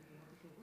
ה.